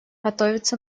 готовится